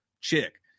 chick